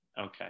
Okay